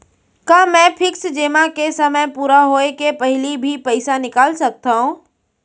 का मैं फिक्स जेमा के समय पूरा होय के पहिली भी पइसा निकाल सकथव?